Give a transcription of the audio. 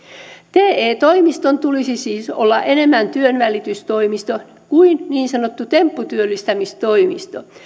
te toimiston tulisi siis olla enemmän työnvälitystoimisto kuin niin sanottu tempputyöllistämistoimisto